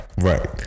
Right